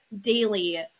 daily